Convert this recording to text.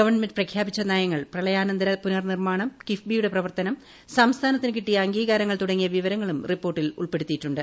government പ്രഖ്യാപിച്ച നയങ്ങൾ പ്രളയാനന്തര പുനർനിർമ്മാണം കിഫ്ബിയുടെ പ്രവർത്തനം സംസ്ഥാനത്തിന് കിട്ടിയ അംഗീകാരങ്ങൾ തുടങ്ങിയ വിവരങ്ങളും റിപ്പോർട്ടിൽ ഉൾപ്പെടു ത്തിയിട്ടുണ്ട്